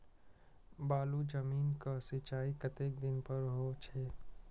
बालू जमीन क सीचाई कतेक दिन पर हो छे?